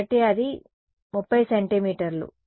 కాబట్టి అది 30 సెంటీమీటర్లు